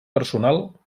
personal